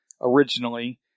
originally